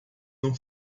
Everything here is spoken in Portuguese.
não